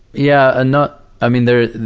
yeah, and not, i mean there,